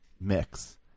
mix